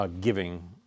giving